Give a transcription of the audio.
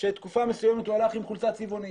שתקופה מסוימת הוא הלך עם חולצה צבעונית,